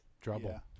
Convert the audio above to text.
trouble